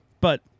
but-